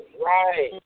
Right